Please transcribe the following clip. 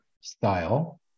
style